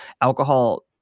Alcohol